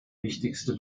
wichtigste